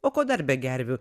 o ko dar be gervių